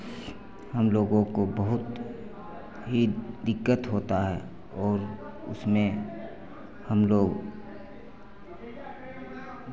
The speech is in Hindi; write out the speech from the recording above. हम लोगों को बहुत ही दिक्कत होता है और उसमें हम लोग